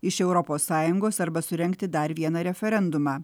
iš europos sąjungos arba surengti dar vieną referendumą